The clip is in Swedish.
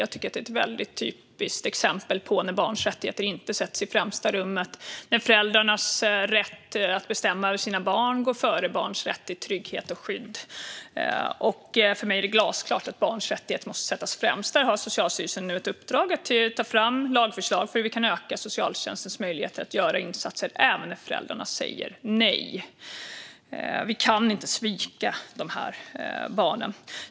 Jag tycker att det är ett väldigt typiskt exempel på situationer där barns rättigheter inte sätts i främsta rummet när föräldrarnas rätt att bestämma över sina barn går före barns rätt till trygghet och skydd. För mig är det glasklart att barns rättigheter måste sättas främst. Där har Socialstyrelsen nu ett uppdrag att ta fram lagförslag för hur vi kan öka socialtjänstens möjligheter att göra insatser även när föräldrarna säger nej. Vi kan inte svika de barnen.